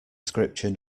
scripture